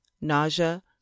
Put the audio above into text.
nausea